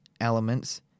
elements